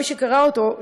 מי שקרא אותו,